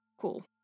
Cool